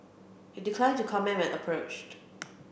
he declined to comment when approached